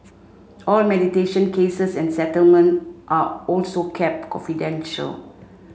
all mediation cases and settlement are also kept confidential